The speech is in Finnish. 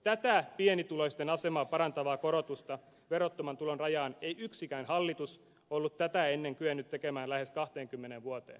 tätä pienituloisten asemaa parantavaa korotusta verottoman tulon rajaan ei yksikään hallitus ollut tätä ennen kyennyt tekemään lähes kahteenkymmeneen vuoteen